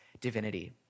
divinity